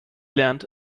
lernt